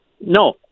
No